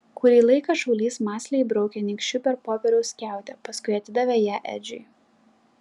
kurį laiką šaulys mąsliai braukė nykščiu per popieriaus skiautę paskui atidavė ją edžiui